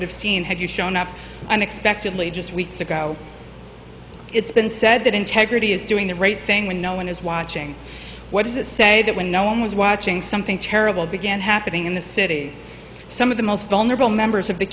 would have seen have you shown up unexpectedly just weeks ago it's been said that integrity is doing the right thing when no one is watching what does it say that when no one was watching something terrible began happening in the city some of the most vulnerable members of the